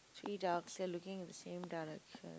three ducks they are looking at the same direction